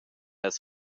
els